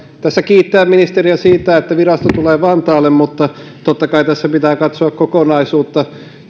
tässä kiittää ministeriä siitä että virasto tulee vantaalle mutta totta kai tässä pitää katsoa kokonaisuutta